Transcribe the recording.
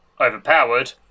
overpowered